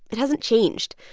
it hasn't changed.